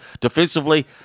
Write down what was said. Defensively